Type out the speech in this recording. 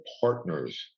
partners